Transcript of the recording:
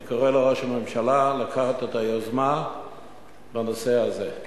אני קורא לראש הממשלה לקחת את היוזמה בנושא הזה.